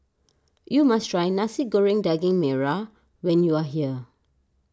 you must try Nasi Goreng Daging Merah when you are here